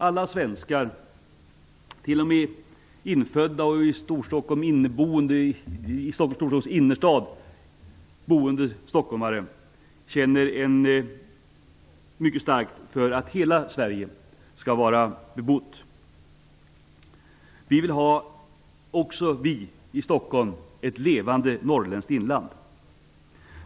Alla svenskar, t.o.m. infödda stockholmare boende i Stockholms innerstad, känner mycket starkt för att hela Sverige skall vara bebott. Också vi i Stockholm vill ha ett levande norrländskt inland.